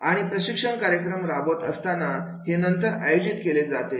आणि प्रशिक्षण कार्यक्रम राबवत असताना हे नंतर आयोजित केले जाते